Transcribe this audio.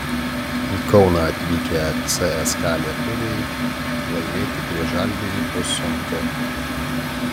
į kauną atvykę cska lietuviai laimėti prieš žalgirį bus sunku